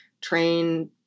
train